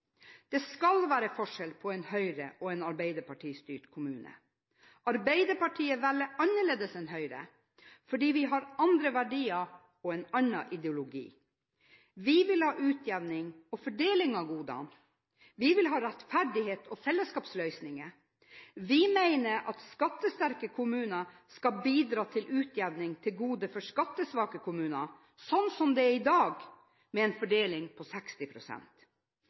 Det skal være forskjell på en Høyre-styrt og en Arbeiderparti-styrt kommune. Arbeiderpartiet velger annerledes enn Høyre fordi vi har andre verdier og en annen ideologi. Vi vil ha utjevning og fordeling av godene, vi vil ha rettferdighet og fellesskapsløsninger. Vi mener at skattesterke kommuner skal bidra til utjevning, til gode for skattesvake kommuner – sånn som det er i dag – med en fordeling på